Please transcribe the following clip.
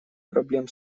проблем